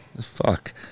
Fuck